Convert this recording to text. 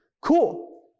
cool